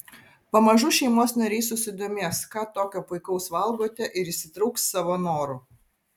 pamažu šeimos nariai susidomės ką tokio puikaus valgote ir įsitrauks savo noru